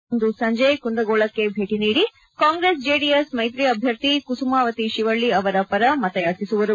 ಅವರು ಇಂದು ಸಂಜೆ ಕುಂದಗೋಳಕ್ಕೆ ಭೇಟಿ ನೀಡಿ ಕಾಂಗ್ರೆಸ್ ಜೆಡಿಎಸ್ ಮೈತ್ರಿ ಅಭ್ಯರ್ಥಿ ಕುಸುಮಾವತಿ ಶಿವಳ್ಳಿ ಅವರ ಪರ ಮತಯಾಚಿಸುವರು